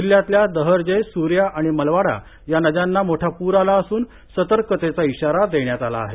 जिल्ह्यातल्या दहर्जे सूर्या आणि मलवाड़ा या नद्यांना मोठा पूर आला असून सतर्कतेचा इशारा देण्यात आला आहे